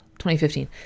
2015